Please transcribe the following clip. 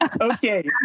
Okay